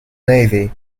navy